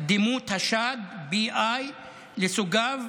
דימות השד, BI לסוגיו,